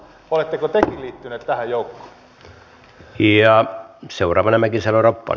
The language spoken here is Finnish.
oletteko tekin liittyneet tähän joukkoon